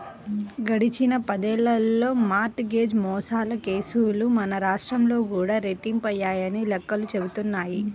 గడిచిన పదేళ్ళలో mortgage మోసాల కేసులు మన రాష్ట్రంలో కూడా రెట్టింపయ్యాయని లెక్కలు చెబుతున్నాయి